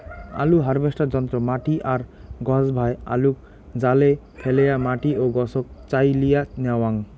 আলু হারভেস্টার যন্ত্র মাটি আর গছভায় আলুক জালে ফ্যালেয়া মাটি ও গছক চাইলিয়া ন্যাওয়াং